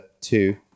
two